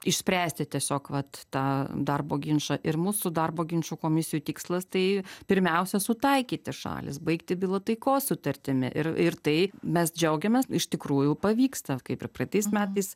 išspręsti tiesiog vat tą darbo ginčą ir mūsų darbo ginčų komisijų tikslas tai pirmiausia sutaikyti šalis baigti bylą taikos sutartimi ir ir tai mes džiaugiamės iš tikrųjų pavyksta kaip ir praeitais metais